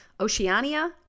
Oceania